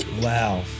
wow